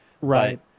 Right